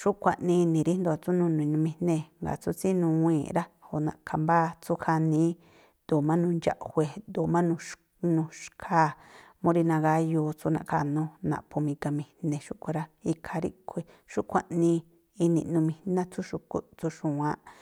xúꞌkhui̱ aꞌnii ríjndo̱o̱ tsú nuni̱ꞌnumijnée̱. Jngáa̱ tsú tsínuwii̱nꞌ rá, o̱ na̱ꞌkha̱ mbáá tsú khaníí ꞌdu̱u̱ má nundxa̱ꞌjue̱, ꞌdu̱u̱ má nuxkháa̱, mú rí nagáyuu tsú na̱ꞌkha̱nú, naꞌphu̱mi̱ga̱mijne̱ xúꞌkhui̱ rá. Ikhaa ríꞌkhui̱, xúꞌkhui̱ aꞌnii ini̱ꞌnumijná tsú xu̱kúꞌ, tsú xu̱wáánꞌ.